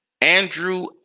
Andrew